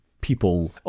people